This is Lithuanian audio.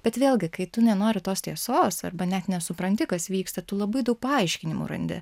bet vėlgi kai tu nenori tos tiesos arba net nesupranti kas vyksta tu labai daug paaiškinimų randi